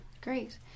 Great